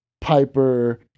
Piper